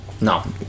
No